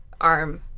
arm